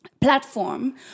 platform